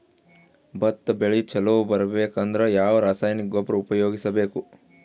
ಭತ್ತ ಬೆಳಿ ಚಲೋ ಬರಬೇಕು ಅಂದ್ರ ಯಾವ ರಾಸಾಯನಿಕ ಗೊಬ್ಬರ ಉಪಯೋಗಿಸ ಬೇಕು?